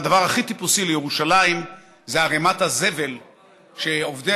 הדבר הכי טיפוסי לירושלים זה ערמת הזבל שעובדי